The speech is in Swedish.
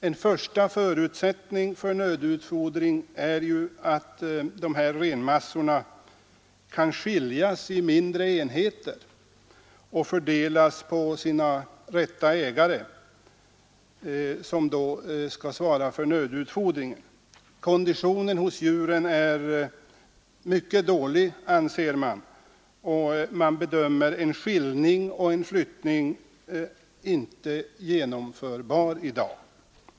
En första förutsättning för nödutfodring är ju att dessa renmassor kan skiljas i mindre enheter och fördelas på sina rätta ägare, som då skall svara för nödutfodringen. Konditionen hos djuren är mycket dålig, anser man, och man bedömer en skiljning och en flyttning som inte genom förbar i dag.